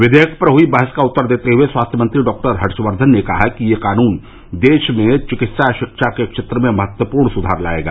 विघेयक पर हुई बहस का उत्तर देते हुए स्वास्थ्य मंत्री डॉक्टर हर्षक्षन ने कहा कि यह कानून देश में चिकित्सा शिक्षा के क्षेत्र में महत्वपूर्ण सुधार लायेगा